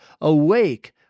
Awake